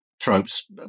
tropes